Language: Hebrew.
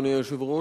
אדוני היושב-ראש,